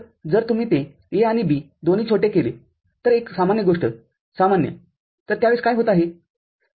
तरजर तुम्ही ते A आणि B दोन्ही छोटे केले तरएक सामान्य गोष्टसामान्य तर त्या वेळेस काय होत आहे